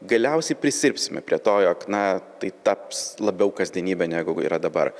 galiausiai prisirpsime prie to jog na tai taps labiau kasdienybė negu yra dabar